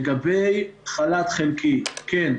לגבי חל"ת חלקי כן,